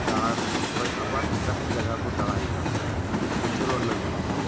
ᱫᱟᱬᱟ ᱠᱷᱚᱡ ᱟᱵᱟᱨ ᱮᱴᱟᱜ ᱡᱟᱭᱜᱟ ᱵᱚ ᱫᱟᱲᱟᱭ ᱫᱟ ᱟᱪᱩᱨᱚᱜ ᱞᱟᱜᱤᱜ ᱛᱮ